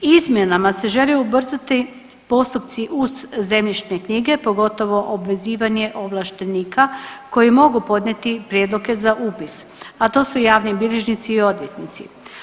Izmjenama se žele ubrzati postupci uz zemljišne knjige pogotovo obvezivanje ovlaštenika koji mogu podnijeti prijedloge za upis, a to su javni bilježnici i odvjetnici.